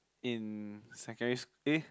in secondary eh